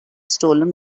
stolen